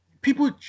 people